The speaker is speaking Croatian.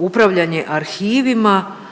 upravljanje arhivama